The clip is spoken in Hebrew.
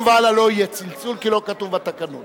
והלאה לא יהיה צלצול כי לא כתוב בתקנון,